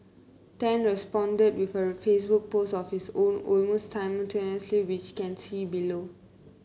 tan responded with a Facebook post of his own almost simultaneously which can see below